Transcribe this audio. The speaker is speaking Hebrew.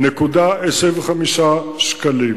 הוא 3,890.25 שקלים.